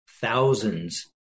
thousands